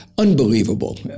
Unbelievable